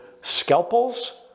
scalpels